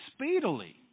speedily